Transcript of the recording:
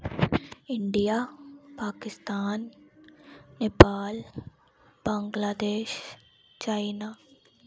India Pakistan Nepal Bangladesh China